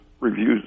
reviews